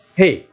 hey